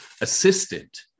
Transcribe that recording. assistant